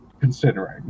considering